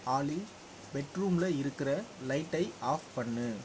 ஆலி பெட்ரூம்ல இருக்கிற லைட்டை ஆஃப் பண்ணு